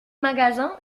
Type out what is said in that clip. magasins